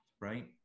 right